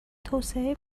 توسعه